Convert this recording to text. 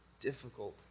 difficult